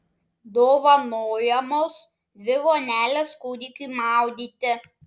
dovanojamos dvi vonelės kūdikiui maudyti